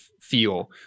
feel